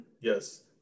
Yes